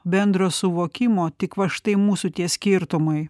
bendro suvokimo tik va štai mūsų tie skirtumai